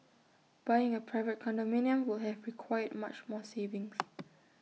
buying A private condominium would have required much more savings